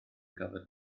gafodd